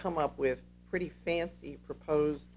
come up with a pretty fancy propose